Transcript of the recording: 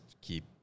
keep